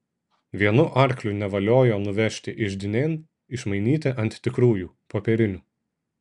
vienu arkliu nevaliojo nuvežti iždinėn išmainyti ant tikrųjų popierinių